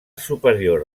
superior